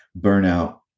burnout